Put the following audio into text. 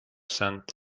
cents